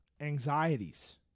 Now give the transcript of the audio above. anxieties